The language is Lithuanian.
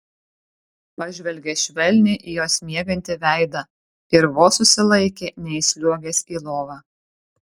pažvelgė švelniai į jos miegantį veidą ir vos susilaikė neįsliuogęs į lovą